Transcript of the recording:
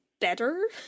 better